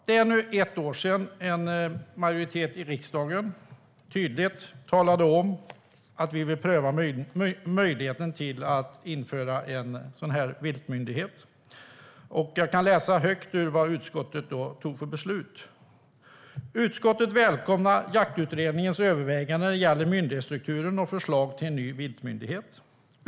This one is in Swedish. Det är nu ett år sedan som en majoritet i riksdagen tydligt talade om vi att ville pröva möjligheten att inrätta en viltmyndighet. Jag läser högt ur utskottets beslut: Utskottet välkomnar Jaktlagsutredningens överväganden när det gäller myndighetsstrukturen och förslag till en ny viltmyndighet.